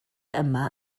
yma